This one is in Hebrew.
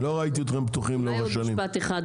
לא ראיתי אתכם פתוחים לאורך השנים.